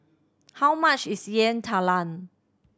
how much is Yam Talam